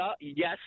yes